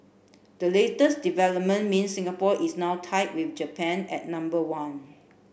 the latest development means Singapore is now tied with Japan at number one